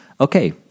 Okay